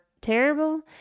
terrible